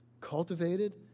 cultivated